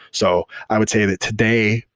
so i would say that today,